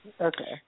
Okay